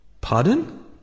Pardon